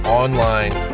online